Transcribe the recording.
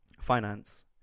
finance